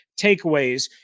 takeaways